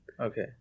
Okay